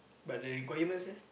but the requirements eh